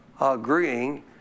agreeing